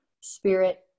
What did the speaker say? spirit